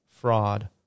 fraud